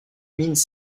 mines